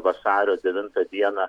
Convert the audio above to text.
vasario devintą dieną